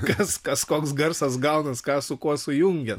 kas kas koks garsas gaunasi ką su kuo sujungia